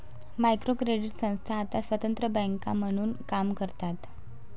micro credit संस्था आता स्वतंत्र बँका म्हणून काम करतात